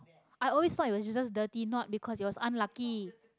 i always thought it was just dirty not because it was unlucky